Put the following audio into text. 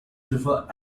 river